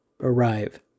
arrive